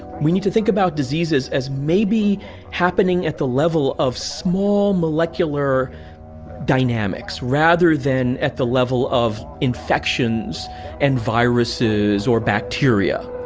we need to think about diseases as maybe happening at the level of small, molecular dynamics rather than at the level of infections and viruses or bacteria